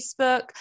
Facebook